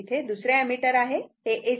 हे तिथे दुसरे ऍमीटर आहे